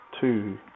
two